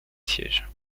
sièges